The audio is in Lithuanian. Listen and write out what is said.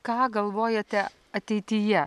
ką galvojate ateityje